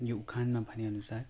यो उखानमा भनेअनुसार